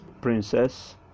Princess